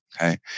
Okay